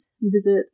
visit